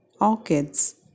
orchids